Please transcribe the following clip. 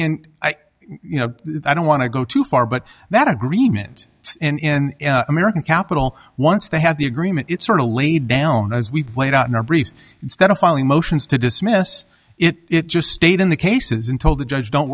and i you know i don't want to go too far but that agreement in american capital once they had the agreement it sort of laid down as we played out in our briefs instead of filing motions to dismiss it just stayed in the cases and told the judge don't